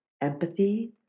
empathy